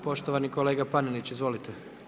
Poštovani kolega Panenić, izvolite.